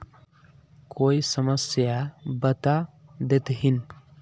कोई समस्या बता देतहिन?